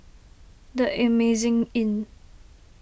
the Amazing Inn